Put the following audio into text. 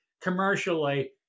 commercially